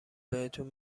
بهتون